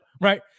right